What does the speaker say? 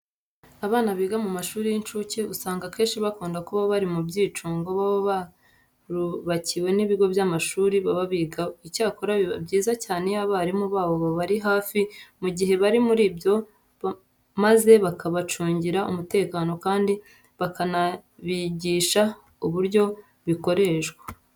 Abana biga mu mashuri y'incuke usanga akenshi bakunda kuba bari mu byicungo baba barubakiwe n'ibigo by'amashuri baba bigaho. Icyakora biba byiza cyane iyo abarimu babo babari hafi mu gihe bari muri byo maze bakabacungira umutekano kandi bakanabigisha uburyo bikoreshwa.